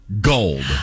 gold